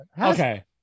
Okay